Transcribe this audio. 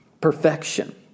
perfection